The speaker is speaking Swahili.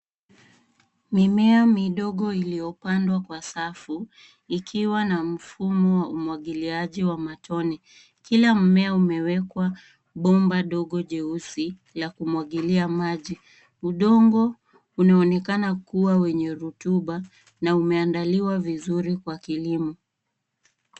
Mimea midogo iliyopandwa kwa safu ikiwa na mfumo wa umwagiliaji wa matone. Kila mmea umewekwa bomba ndogi jeusi la kumwagilia maji. Udongo unaonekana kuwa wenye rutuba na umeandaliwa vizuri kwa kilimo.